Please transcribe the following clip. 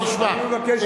תשמע,